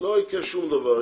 לא יקרה שום דבר.